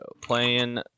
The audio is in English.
Playing